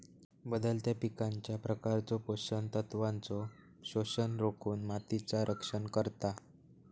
बदलत्या पिकांच्या प्रकारचो पोषण तत्वांचो शोषण रोखुन मातीचा रक्षण करता